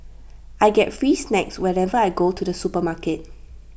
I get free snacks whenever I go to the supermarket